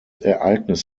ereignis